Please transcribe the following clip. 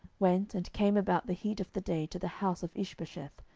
went, and came about the heat of the day to the house of ishbosheth,